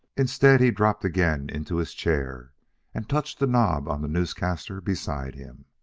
instead he dropped again into his chair and touched a knob on the newscaster beside him.